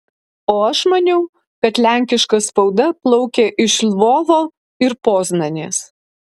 o aš maniau kad lenkiška spauda plaukė iš lvovo ir poznanės